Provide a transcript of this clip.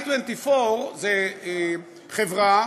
ה-i24 זו חברה,